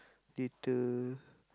later